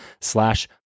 slash